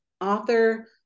author